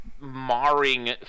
marring